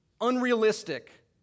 unrealistic